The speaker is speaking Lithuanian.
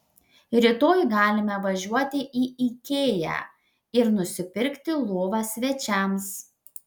rytoj galime važiuoti į ikea ir nusipirkti lovą svečiams